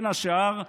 בין השאר,